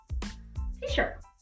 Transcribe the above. t-shirt